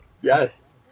yes